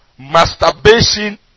Masturbation